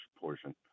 portion